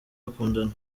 bakundana